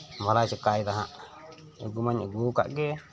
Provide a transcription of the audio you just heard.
ᱵᱷᱟᱞᱟᱭ ᱪᱤᱠᱟᱭᱮᱫᱟ ᱦᱟᱸᱜ ᱟᱹᱜᱩᱢᱟᱧ ᱟᱹᱜᱩ ᱟᱠᱟᱫ ᱜᱮ